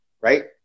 right